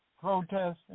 protesting